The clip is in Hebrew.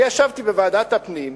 אני ישבתי בוועדת הפנים,